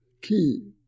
key